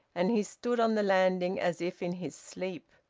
and he stood on the landing as if in his sleep.